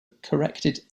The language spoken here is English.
corrected